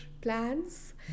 plans